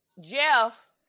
Jeff